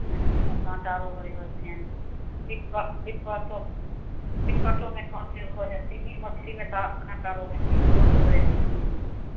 नहि ओहिमे काँटा रहै होथिन बिक्कट बिक्कटो बिक्कटोमे काँट होइ हइ सिङ्गही मछलीमे काँ काँटा रहै हइ सीङ्ग भोँकि दै हइ सिङ्गही